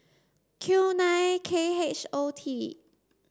Q nine K H O T